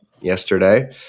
yesterday